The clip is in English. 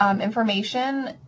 information